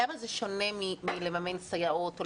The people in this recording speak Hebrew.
למה זה שונה מלממן סייעות?